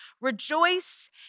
Rejoice